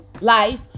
life